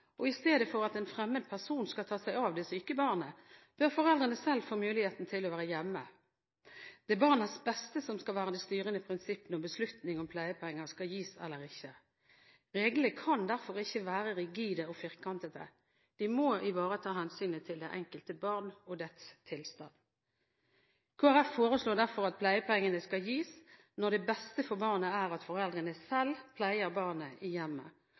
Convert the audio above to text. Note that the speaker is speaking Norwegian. og i stedet for at en fremmed person skal ta seg av det syke barnet, bør foreldrene selv få muligheten til å være hjemme. Det er barnas beste som skal være det styrende prinsipp når beslutning om pleiepenger skal gis eller ikke skal fattes. Reglene kan derfor ikke være rigide og firkantet – de må ivareta hensynet til det enkelte barn og dets tilstand. Kristelig Folkeparti foreslår derfor at pleiepengene skal gis når det beste for barnet er at foreldrene selv pleier barnet i hjemmet.